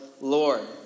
Lord